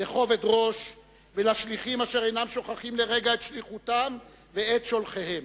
לכובד ראש ולשליחים אשר אינם שוכחים לרגע את שליחותם ואת שולחיהם.